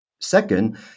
Second